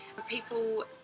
people